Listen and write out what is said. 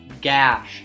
gash